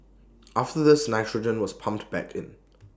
after this nitrogen was pumped back in